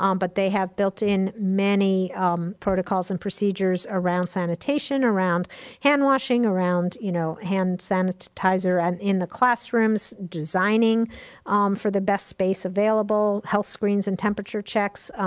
um but they have built in many protocols and procedures around sanitation, around hand washing, around, you know, hand sanitizer and in the classrooms, designing for the best space available, health screens and temperature checks,